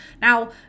now